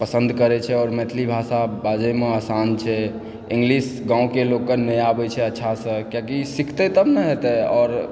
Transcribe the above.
करै छै आओर मैथिली बाजएमे आसान छै इंग्लिश गांँवके लोगकेँ नहि आबय छै अच्छासँ किआकि सीखतै तब ने एतै आओर